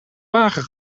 wagen